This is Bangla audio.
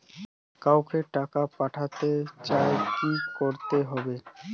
কাউকে টাকা পাঠাতে চাই কি করতে হবে?